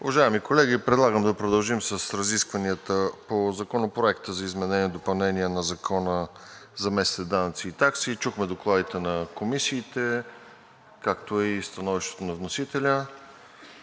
Уважаеми колеги, предлагам да продължим с разискванията по Законопроекта за изменение и допълнение на Закона за местните данъци и такси. Чухме докладите на комисиите, както и становището на вносителя.